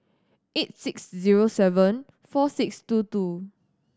eight six zero seven four six two two